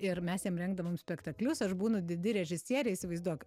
ir mes jam rengdavom spektaklius aš būnu didi režisierė įsivaizduok